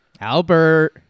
Albert